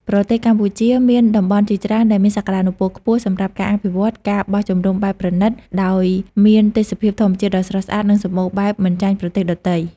ប្រទេសកម្ពុជាមានតំបន់ជាច្រើនដែលមានសក្តានុពលខ្ពស់សម្រាប់ការអភិវឌ្ឍ ការបោះជំរំបែបប្រណីត ដោយមានទេសភាពធម្មជាតិដ៏ស្រស់ស្អាត និងសម្បូរបែបមិនចាញ់ប្រទេសដទៃ។